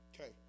Okay